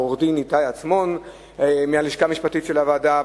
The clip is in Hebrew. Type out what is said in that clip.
ולעורך-הדין איתי עצמון מהלשכה המשפטית של הוועדה,